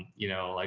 you know, like,